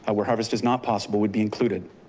ah where harvest is not possible, would be included.